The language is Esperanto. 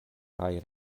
kaj